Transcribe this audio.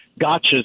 gotchas